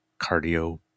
cardio